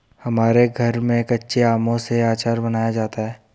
हमारे घर में कच्चे आमों से आचार बनाया जाता है